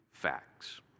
facts